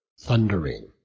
Thundering